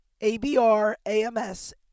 abrams